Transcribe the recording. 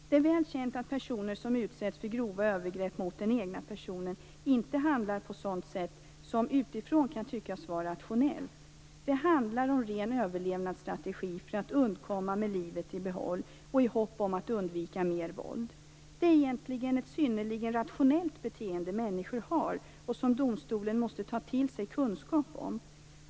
Det är väl känt att personer som utsätts för grova övergrepp mot den egna personen inte handlar på sådant sätt som utifrån sett kan tyckas vara rationellt. Det handlar om ren överlevnadsstrategi för att undkomma med livet i behåll och i hopp om att undvika mer våld. Det är egentligen ett synnerligen rationellt beteende hos människor, som domstolen måste ta till sig kunskap om.